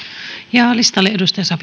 ja listalle